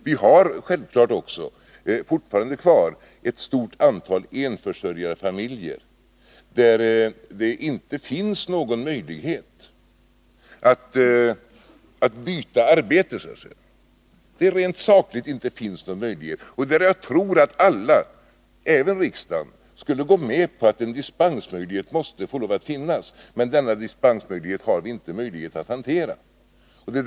Vi har självfallet också fortfarande kvar ett stort antal enförsörjarfamiljer, där det rent sakligt inte finns någon möjlighet att så att säga byta arbete och där jag tror att alla, även riksdagen, skulle gå med på att en dispensmöjlighet måste få lov att finnas. Men detta dispensförfarande har vi inte möjlighet att hantera.